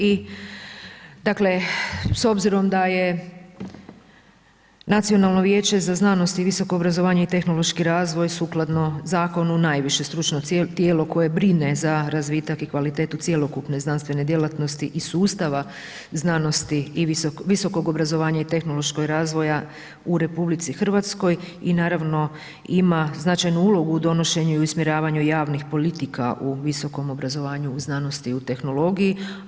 I dakle s obzirom da je Nacionalno vijeće za znanost i visoko obrazovanje i tehnološki razvoj sukladno zakonu najviše stručno tijelo koje brine za razvitak i kvalitetu cjelokupne znanstvene djelatnosti i sustava znanosti, visokog obrazovanja i tehnološkog razvoja u RH i naravno ima značajnu ulogu u donošenju i usmjeravanju javnih politika u visokom obrazovanju, u znanosti, u tehnologiji.